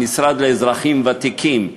המשרד לאזרחים ותיקים,